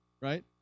right